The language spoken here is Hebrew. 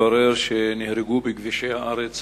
היו בכבישי הארץ,